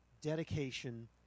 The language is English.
dedication